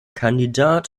kandidat